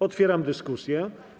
Otwieram dyskusję.